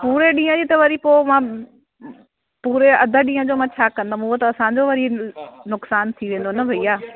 पूरे ॾींहुं जी त वरी पोइ मां पूरे अधि ॾींहुं जो मां छा कंदमि उहो त असांजो वरी नुकसानु थी वेंदो न भाई